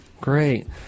great